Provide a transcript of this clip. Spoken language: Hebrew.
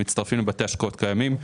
שמצטרפים לבתי השקעות קיימים.